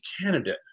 candidate